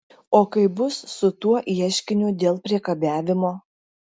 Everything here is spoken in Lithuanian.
o kaip bus su tuo ieškiniu dėl priekabiavimo